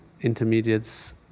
intermediates